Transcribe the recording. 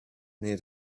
near